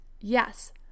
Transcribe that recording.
yes